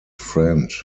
friend